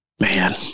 Man